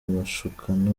mashukano